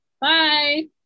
Bye